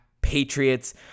Patriots